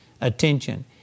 attention